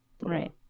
Right